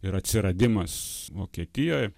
ir atsiradimas vokietijoj